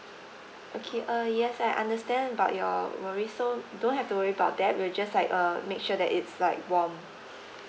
okay uh yes I understand about your worries so don't have to worry about that we'll just like uh make sure that it's like warm